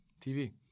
TV